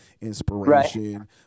inspiration